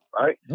right